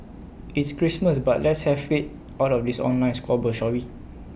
it's Christmas but let's leave faith out of this online squabble shall we